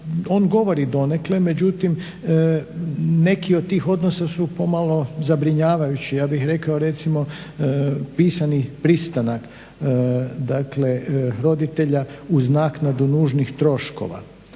on govori donekle. Međutim, neki od tih odnosa su pomalo zabrinjavajući, ja bih rekao recimo pisani pristanak dakle roditelja uz naknadu nužnih troškova.